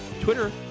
twitter